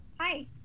Hi